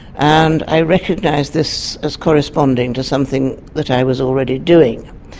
and i recognised this as corresponding to something that i was already doing.